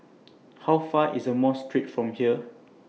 How Far away IS Mosque Street from here